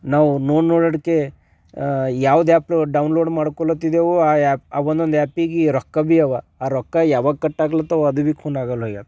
ನಾವು ನೋ ನೋಡಡ್ಕೆ ಯಾವ್ದೋ ಆ್ಯಪ್ಲ್ಲಿ ಡೌನ್ ಲೋಡ್ ಮಾಡ್ಕೊಲತ್ತಿದ್ದೇವೆ ಆ ಆ್ಯಪ್ ಆ ಒಂದೊಂದು ಆ್ಯಪಿಗೆ ರೊಕ್ಕ ಭೀ ಇವೆ ಆ ರೊಕ್ಕ ಯಾವಾಗ ಕಟ್ ಆಗ್ಲತ್ತಿವೆ ಅದು ಭೀ ಖೂನಾಗಲ್ಹೋಗಿದೆ